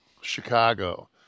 Chicago